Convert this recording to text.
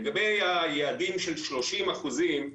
לגבי היעדים של 30 אחוזים,